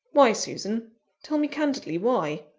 why, susan tell me candidly why?